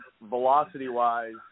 velocity-wise